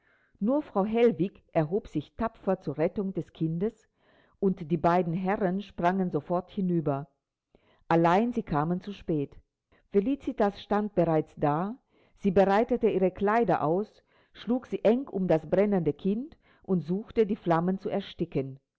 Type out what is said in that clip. nur frau hellwig erhob sich tapfer zur rettung des kindes und die beiden herren sprangen sofort hinüber allein sie kamen zu spät felicitas stand bereits da sie breitete ihre kleider aus schlug sie eng um das brennende kind und suchte die flammen zu ersticken